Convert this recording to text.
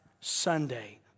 Sunday